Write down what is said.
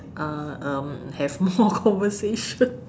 uh um have more conversation